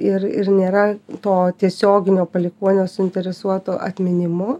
ir ir nėra to tiesioginio palikuonio suinteresuoto atminimu